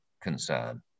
concern